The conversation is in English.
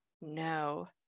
no